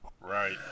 Right